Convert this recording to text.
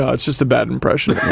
ah it's just a bad impression,